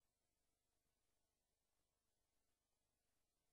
האסלאמיסטי, הפונדמנטליסטי,